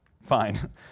fine